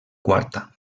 quarta